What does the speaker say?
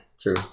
True